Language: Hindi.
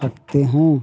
रखते हूँ